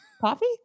Coffee